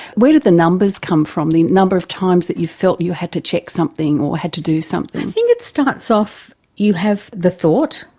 where did the numbers come from, the number of times that you felt you had to check something or had to do something? i think it starts off you have the thought,